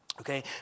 Okay